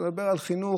ואם לדבר על חינוך,